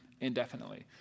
indefinitely